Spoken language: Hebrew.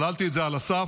שללתי את זה על הסף.